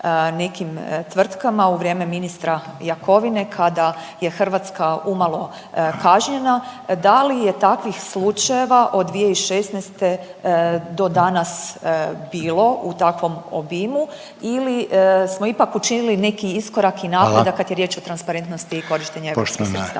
nekim tvrtkama u vrijeme ministra Jakovine, kada je Hrvatska umalo kažnjena, da li je takvih slučajeva od 2016. do danas bilo u takvom obimu ili smo ipak učinili…/Upadica Reiner: Hvala./…neki iskorak i napredak kad je riječ o transparentnosti i korištenje europskih sredstava?